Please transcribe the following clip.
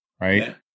right